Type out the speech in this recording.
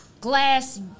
Glass